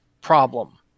problem